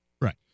Right